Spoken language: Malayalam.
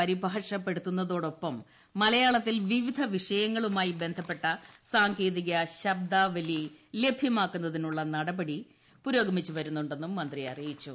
പരിഭാഷപ്പെടുത്തുന്നതോടൊപ്പം മലയാളത്തിൽ വിവിധ വിഷയങ്ങളുമായി ബന്ധപ്പെട്ട ് സാങ്കേതിക ശബ്ദാവലി മലയാളത്തിൽ ലഭ്യമാക്കുന്നതിനുള്ള നടപടി പുരോഗമിച്ച് വരുന്നുണ്ടെന്നും മന്ത്രി അറിയിച്ചു